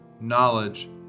knowledge